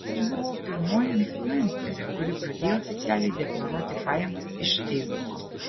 aš buvau pirmoji influencerė kuri pradėjo oficialiai deklaruoti pajamas iš feisbuko